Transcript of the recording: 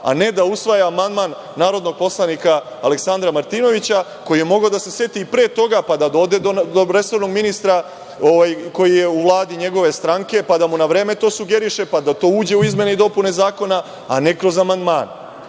a ne da usvaja amandman narodnog poslanika Aleksandra Martinovića, koji je mogao da se seti i pre toga pa da ode do resornog ministra koji je u Vladi njegove stranke, pa da mu na vreme to sugeriše, pa da to uđe u izmene i dopune Zakona, a ne kroz